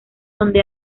donde